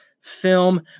film